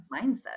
mindset